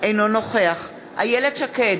אינו נוכח איילת שקד,